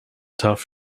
tough